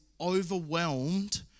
overwhelmed